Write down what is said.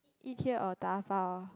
eat here or dabao